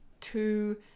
two